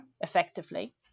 effectively